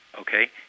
okay